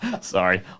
Sorry